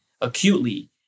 acutely